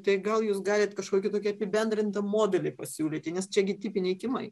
tai gal jūs galit kažkokį tokį apibendrintą modelį pasiūlyti nes čiagi tipiniai kiemai